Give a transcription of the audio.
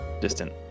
distant